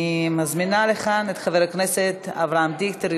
אני מזמינה לכאן את חבר הכנסת אבי דיכטר,